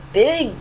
big